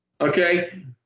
Okay